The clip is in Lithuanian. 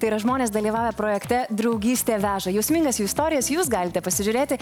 tai yra žmonės dalyvavę projekte draugystė veža jausmingas jų istorijas jūs galite pasižiūrėti